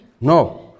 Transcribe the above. No